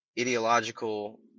ideological